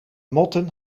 motten